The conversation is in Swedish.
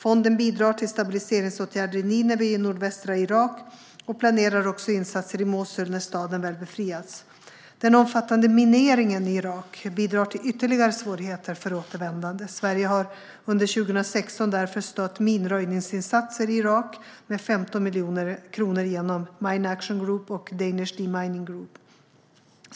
Fonden bidrar till stabiliseringsåtgärder i Nineve i nordvästra Irak och planerar även insatser i Mosul när staden väl befriats. Den omfattande mineringen i Irak bidrar till ytterligare svårigheter för återvändande. Sverige har därför under 2016 stött minröjningsinsatser i Irak med 15 miljoner kronor genom Mine Action Group och Danish Demining Group.